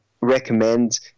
recommend